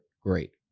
great